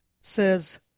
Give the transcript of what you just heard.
says